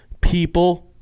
people